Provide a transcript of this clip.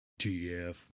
TF